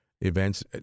events